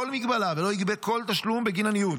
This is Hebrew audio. מגבלה ולא יגבה כל תשלום בגין הניוד.